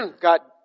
got